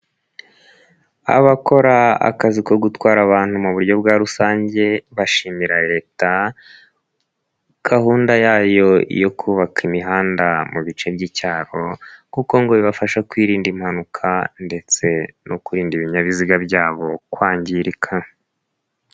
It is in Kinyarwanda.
Abakora akazi ko gutwara abantu mu buryo bwa rusange bashimira Leta gahunda yayo yo kubaka imihanda mu bice by'icyaro kuko ngo bibafasha kwirinda impanuka ndetse no kurinda ibinyabiziga byabo kwangirika.